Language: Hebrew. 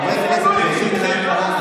חבר הכנסת כץ.